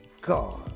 God